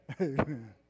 Amen